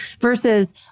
versus